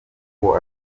uwo